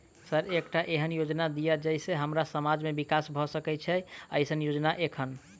Sir एकटा एहन योजना दिय जै सऽ हम्मर समाज मे विकास भऽ सकै छैय एईसन योजना एखन?